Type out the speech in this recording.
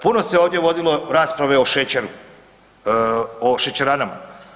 Puno se ovdje vodilo rasprave o šećeru, o šećeranama.